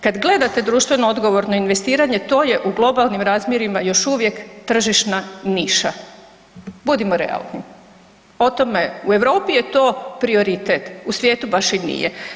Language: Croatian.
Kad gledate društveno odgovorno investiranje to je u globalnim razmjerima to još uvijek tržišna niša, budimo realni, o tome u Europi je to prioritet, u svijetu baš i nije.